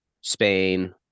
Spain